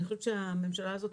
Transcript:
אני חושבת שהממשלה הזאת,